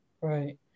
right